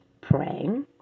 praying